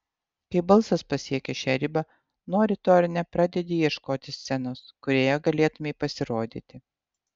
kai balsas pasiekia šią ribą nori to ar ne pradedi ieškoti scenos kurioje galėtumei pasirodyti